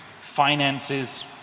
finances